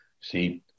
see